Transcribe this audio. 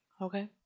okay